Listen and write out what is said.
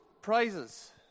prizes